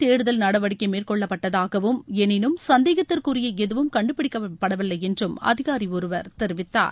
தேடுதல் நடவடிக்கை மேற்கொள்ளப்பட்டதாகவும் எனினும் சந்தேகத்திற்குரிய எதுவும் கண்டுபிடிக்கப்படவில்லை என்றும் அதிகாரி ஒருவர் தெரிவித்தார்